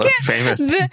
famous